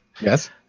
Yes